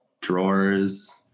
drawers